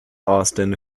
austin